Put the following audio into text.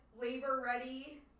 labor-ready